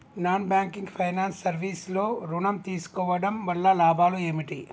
Non banking finance service లో ఋణం తీసుకోవడం వల్ల లాభాలు ఏమిటి?